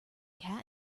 cat